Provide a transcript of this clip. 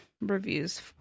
reviews